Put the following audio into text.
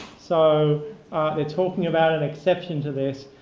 so they're talking about an exception to this.